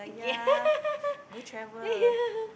yeah yeah yeah